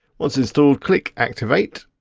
once installed, click activate.